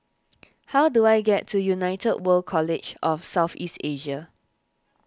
how do I get to United World College of South East Asia